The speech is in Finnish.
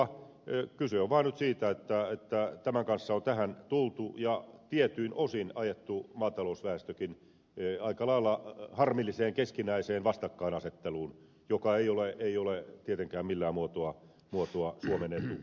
kyse on vaan nyt siitä että tämän kanssa on tähän tultu ja tietyin osin ajettu maatalousväestökin aika lailla harmilliseen keskinäiseen vastakkainasetteluun joka ei ole tietenkään millään muotoa suomen etu